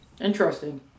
Interesting